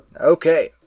Okay